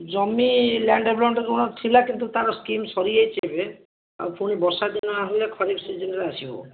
ଜମି land development ଋଣ ଥିଲା କିନ୍ତୁ ତାର ସ୍କିମ୍ ସରିଯାଇଛି ଏବେ ଆଉ ପୁଣି ବର୍ଷାଦିନ ହୁଏ ଖରିଫ ସିଜିନ୍ରେ ଆସିବ